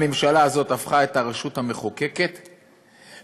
הממשלה הזאת הפכה את הרשות המחוקקת לחיילים,